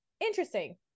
Interesting